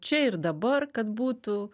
čia ir dabar kad būtų